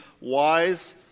wise